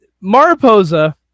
Mariposa